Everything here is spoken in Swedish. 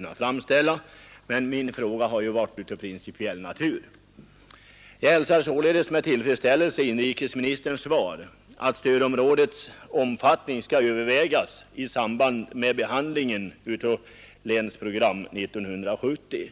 detta sammanhang, men min fråga har ju varit av principiell natur, och jag hälsar därför inrikesministerns svar med tillfredställelse. Svaret innebär att frågan om stödområdets omfattning skall övervägas i samband med behandlingen av Länsprogram 1970.